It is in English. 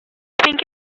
think